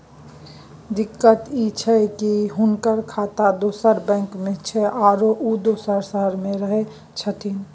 दिक्कत इ छै की हुनकर खाता दोसर बैंक में छै, आरो उ दोसर शहर में रहें छथिन